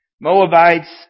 Moabites